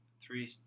three